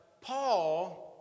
Paul